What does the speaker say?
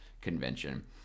convention